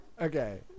Okay